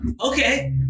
okay